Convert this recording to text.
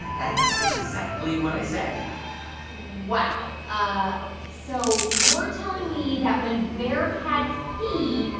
that's exactly what i said wow. ah ok. so you're telling me that when bearcats pee,